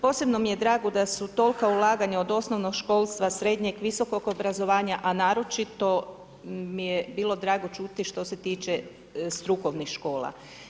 Posebno mi je drago da su tolika ulaganja od osnovnog školstva, srednjeg, visokog obrazovanja a naročito mi je bilo drago čuti što se tiče strukovnih škola.